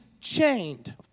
chained